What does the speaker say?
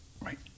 right